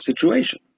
situation